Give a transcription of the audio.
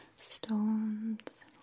stones